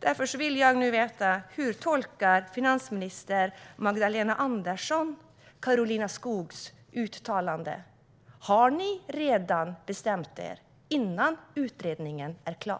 Därför vill jag nu veta: Hur tolkar finansminister Magdalena Andersson Karolina Skogs uttalande? Har ni redan bestämt er, innan utredningen är klar?